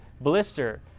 blister